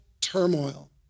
turmoil